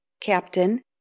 CAPTAIN